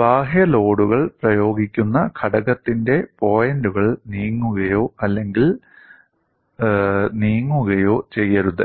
ബാഹ്യ ലോഡുകൾ പ്രയോഗിക്കുന്ന ഘടകത്തിന്റെ പോയിൻറുകൾ നീങ്ങുകയോ അല്ലെങ്കിൽ നീങ്ങുകയോ ചെയ്യരുത്